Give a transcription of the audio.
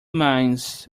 minds